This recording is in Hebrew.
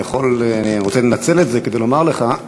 אני רוצה לנצל את זה כדי לומר לך,